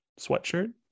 sweatshirt